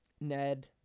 Ned